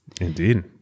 Indeed